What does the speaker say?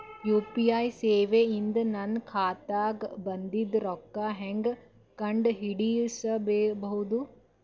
UPI ಸೇವೆ ಇಂದ ನನ್ನ ಖಾತಾಗ ಬಂದಿದ್ದ ರೊಕ್ಕ ಹೆಂಗ್ ಕಂಡ ಹಿಡಿಸಬಹುದು?